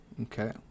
Okay